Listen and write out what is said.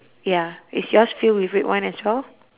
ya is yours filled with red wine as well